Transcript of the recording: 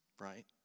right